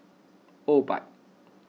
Obike